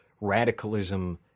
radicalism